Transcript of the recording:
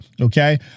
okay